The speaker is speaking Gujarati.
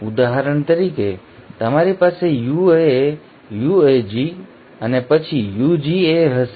ઉદાહરણ તરીકે તમારી પાસે UAA UAG અને પછી UGA હશે